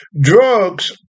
Drugs